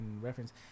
reference